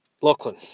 Lachlan